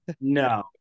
No